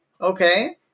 Okay